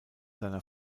seiner